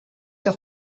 que